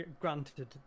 granted